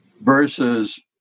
versus